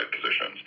positions